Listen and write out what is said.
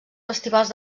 festivals